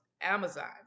Amazon